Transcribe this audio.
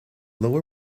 lower